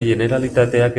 generalitateak